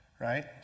right